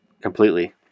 completely